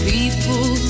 People